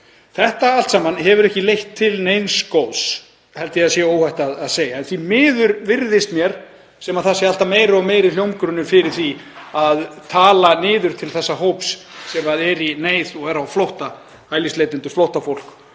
Þetta allt saman hefur ekki leitt til neins góðs, held ég að sé óhætt að segja. En því miður virðist mér sem það sé alltaf meiri og meiri hljómgrunnur fyrir því að tala niður til þessa hóps sem er í neyð og er á flótta, hælisleitenda og flóttafólks.